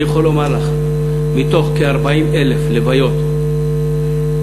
אני יכול לומר לך, שמתוך כ-40,000 לוויות בשנה,